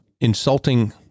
insulting